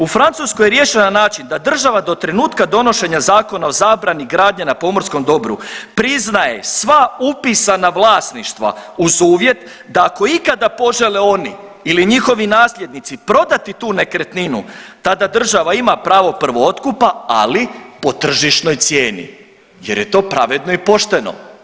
U Francuskoj je riješeno na način da država do trenutka donošenja Zakona o zabrani gradnje na pomorskom dobru priznaje sva upisana vlasništva uz uvjet da ako ikada požele oni ili njihovi nasljednici prodati tu nekretninu tada država ima pravo prvo otkupa, ali po tržišnoj cijeni jer je to pravedno i pošteno.